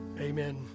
Amen